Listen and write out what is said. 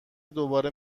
دوباره